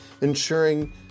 ensuring